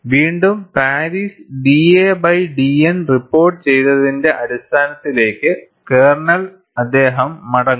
വീണ്ടും Paris da by dN report ചെയ്തതിന്റെ അടിസ്ഥാനത്തിലേക്ക് കേർണൽ അദ്ദേഹം മടങ്ങും